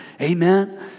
Amen